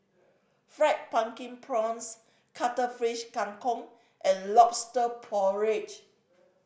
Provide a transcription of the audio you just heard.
Fried Pumpkin Prawns Cuttlefish Kang Kong and Lobster Porridge